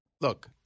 Look